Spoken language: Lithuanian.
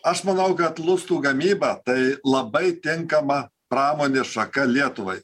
aš manau kad lustų gamyba tai labai tinkama pramonės šaka lietuvai